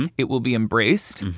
and it will be embraced.